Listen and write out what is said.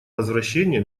возвращение